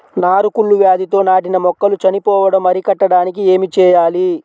నారు కుళ్ళు వ్యాధితో నాటిన మొక్కలు చనిపోవడం అరికట్టడానికి ఏమి చేయాలి?